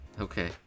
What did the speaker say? Okay